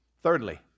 Thirdly